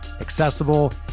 accessible